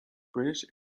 british